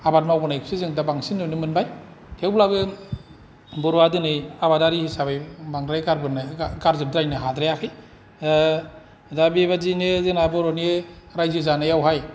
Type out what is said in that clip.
आबाद मावनायखौसो जों दा बांसिन नुनो मोनबाय थेवब्लाबो बर'आ दिनै आबादारि हिसाबै बांद्राय गारबोजोबद्रायनो हाद्रायाखै दा बेबादियैनो जोंना बर'नि रायजो जानायावहाय